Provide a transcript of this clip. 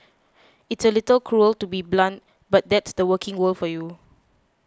it's a little cruel to be so blunt but that's the working world for you